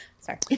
Sorry